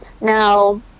now